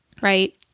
right